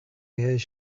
his